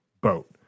boat